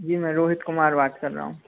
जी मैं रोहित कुमार बात कर रहा हूँ